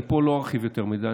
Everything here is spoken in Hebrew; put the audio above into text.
אני לא ארחיב בזה יותר מדי,